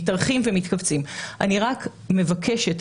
אני רק מבקשת,